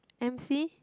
M_C